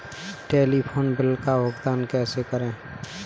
Telephone bill का भुगतान कैसे करें?